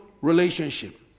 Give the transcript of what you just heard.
relationship